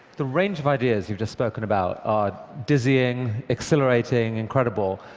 the range of ideas you've just spoken about dizzying, exhilarating, incredible.